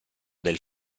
del